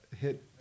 hit